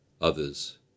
others